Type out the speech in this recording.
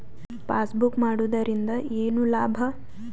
Passbook ಮಾಡುದರಿಂದ ಏನು ಲಾಭ?